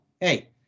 hey